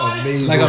amazing